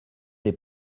des